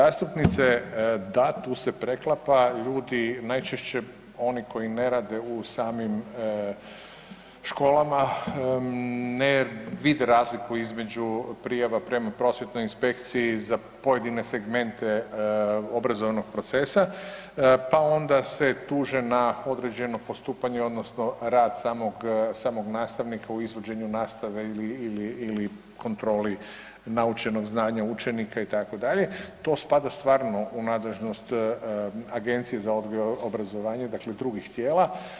Gđo. zastupnice, da tu se preklapa, ljudi najčešće oni koji ne rade u samim školama ne vide razliku između prijava prema prosvjetnoj inspekciji za pojedine segmente obrazovnog procesa, pa onda se tuže na određeno postupanje odnosno rad samog, samog nastavnika u izvođenju nastave ili, ili, ili kontroli naučenog znanja učenika itd., to spada stvarno u nadležnost Agencije za odgoj i obrazovanje, dakle drugih tijela.